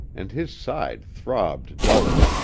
and his side throbbed dully,